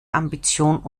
ambition